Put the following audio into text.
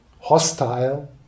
hostile